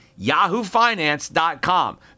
yahoofinance.com